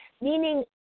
meaning